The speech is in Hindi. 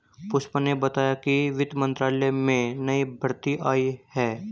पुष्पा ने बताया कि वित्त मंत्रालय में नई भर्ती आई है